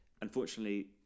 unfortunately